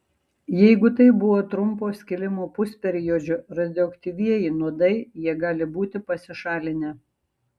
jeigu tai buvo trumpo skilimo pusperiodžio radioaktyvieji nuodai jie gali būti pasišalinę